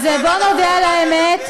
אז בוא נודה על האמת,